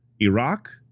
Iraq